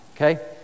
okay